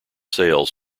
sales